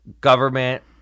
government